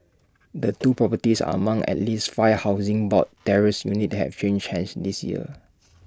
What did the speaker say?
the two properties are among at least five Housing Board terraced units have changed hands this year